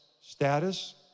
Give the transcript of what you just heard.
status